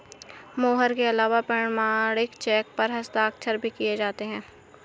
मोहर के अलावा प्रमाणिक चेक पर हस्ताक्षर भी किये जाते हैं